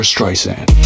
Streisand